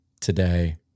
today